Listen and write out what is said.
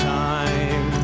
time